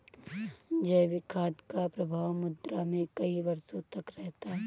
जैविक खाद का प्रभाव मृदा में कई वर्षों तक रहता है